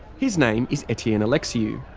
his name is etienne alexiou.